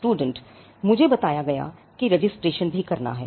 student मुझे बताया कि रजिस्ट्रेशन भी करना है